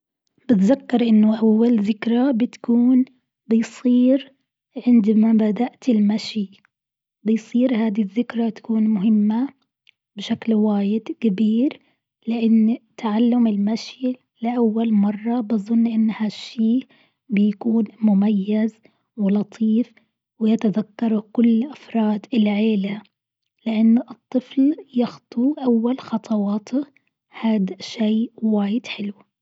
بتذكر أنه أول ذكرى بتكون بصير عندما بدأت المشي، بصير هذي الذكرى تكون مهمة بشكل واجد كبير، لان تعلم المشي لاول مرة بظن إنها شيء بيكون مميز ولطيف ويتذكره كل أفراد العيلة، لان الطفل يخطو أول خطواته هاد شيء واجد حلو.